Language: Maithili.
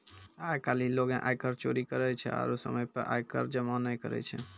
आइ काल्हि लोगें आयकर चोरी करै छै आरु समय पे आय कर जमो नै करै छै